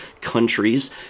countries